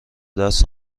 دست